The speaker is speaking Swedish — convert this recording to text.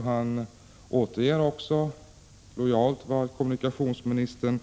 Han återgav också lojalt vad kommunikationsministern